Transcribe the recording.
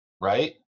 right